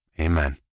Amen